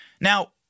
Now